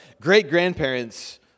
great-grandparents